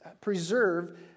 preserve